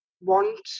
want